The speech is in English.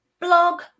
blog